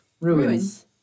Ruins